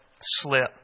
slip